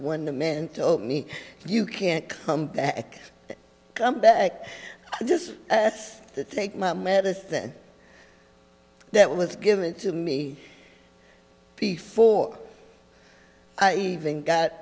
when the men told me you can't come back come back just take my medicine that was given to me before i even